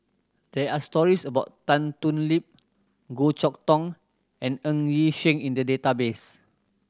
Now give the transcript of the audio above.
there are stories about Tan Thoon Lip Goh Chok Tong and Ng Yi Sheng in the database